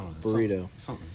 burrito